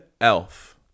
Elf